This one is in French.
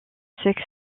sexe